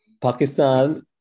Pakistan